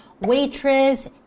waitress